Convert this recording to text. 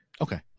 Okay